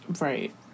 right